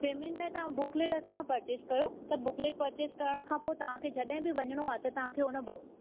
payment लाइ तव्हां booklet असां खां पर्चेस कयो त बुकलेट पर्चेस करण खां पोइ तव्हां खे जॾहिं बि वञिणो आहे त तव्हां खे हुन बुक